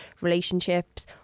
relationships